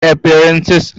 appearances